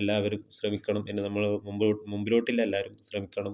എല്ലാവരും ശ്രമിക്കണം എന്ന് നമ്മൾ മുമ്പ് മുമ്പിലോട്ടില്ല എല്ലാവരും ശ്രമിക്കണം